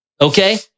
Okay